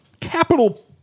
capital